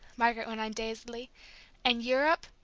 margaret went on dazedly and europe,